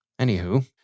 Anywho